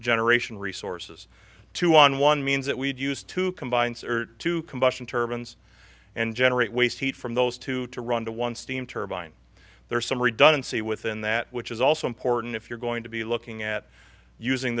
generation resources two on one means that we'd use to combine two combustion turbines and generate waste heat from those two to run the one steam turbine there's some redundancy within that which is also important if you're going to be looking at using